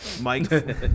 Mike